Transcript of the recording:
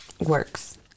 works